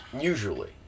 Usually